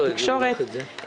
תקשורת,